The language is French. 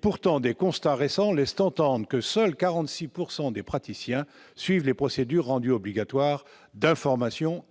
Pourtant, des constats récents laissent entendre que seuls 46 % des praticiens suivent les procédures, rendues obligatoires, d'information et de